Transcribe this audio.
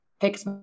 fix